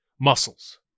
muscles